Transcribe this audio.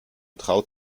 traut